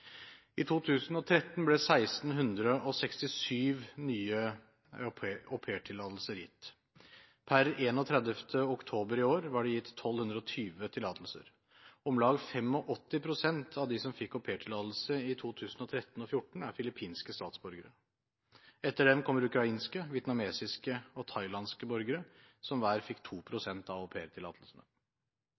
I 2013 ble 1667 nye aupairtillatelser gitt. Per 31. oktober i år var det gitt 1220 tillatelser. Om lag 85 pst. av dem som fikk aupairtillatelse i 2013 og 2014, er filippinske statsborgere. Etter dem kommer ukrainske, vietnamesiske og thailandske borgere, som hver fikk 2 pst. av